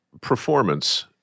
performance